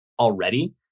already